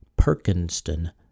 Perkinston